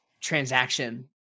transaction